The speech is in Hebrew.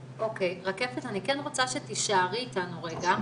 רקפת, אני רוצה שתישארי איתנו רגע,